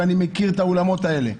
ואני מכיר את האולמות האלה,